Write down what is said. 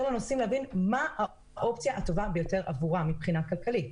לנוסעים מה האופציה הטובה ביותר עבורם מבחינה כלכלית.